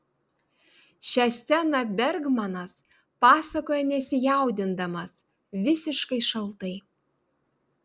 šią sceną bergmanas pasakoja nesijaudindamas visiškai šaltai